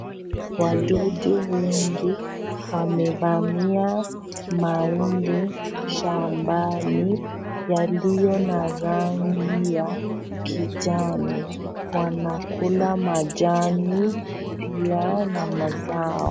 Wadudu wengi, wamevamia mahindi shambani, yaliyo na rangi ya kijani. Wanakula majani, pia na mazao.